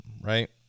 Right